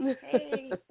Hey